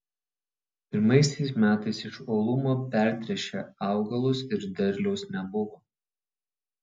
pirmaisiais metais iš uolumo pertręšė augalus ir derliaus nebuvo